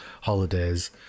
holidays